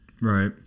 Right